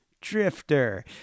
drifter